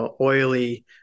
oily